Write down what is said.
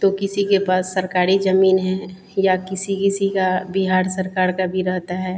तो किसी के पास सरकारी ज़मीन है या किसी किसी की बिहार सरकार की भी रहती है